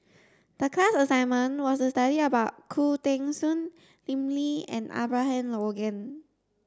the class assignment was to study about Khoo Teng Soon Lim Lee and Abraham Logan